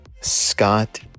Scott